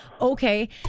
Okay